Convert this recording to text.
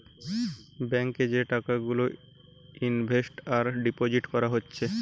bank এ যে টাকা গুলা ইনভেস্ট আর ডিপোজিট কোরা হচ্ছে